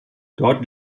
dort